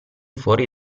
fuori